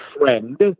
friend